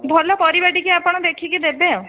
ଭଲ ପରିବା ଟିକିଏ ଆପଣ ଦେଖିକି ଦେବେ ଆଉ